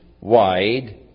wide